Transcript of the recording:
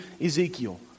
Ezekiel